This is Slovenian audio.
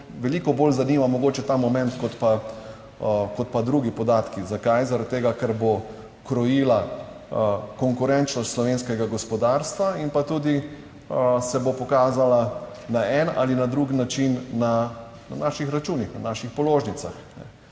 veliko bolj zanima mogoče ta moment kot, pa kot pa drugi podatki. Zakaj? Zaradi tega, ker bo krojila konkurenčnost slovenskega gospodarstva in pa tudi se bo pokazala na en ali na drug način na naših računih, na naših položnicah.